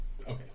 Okay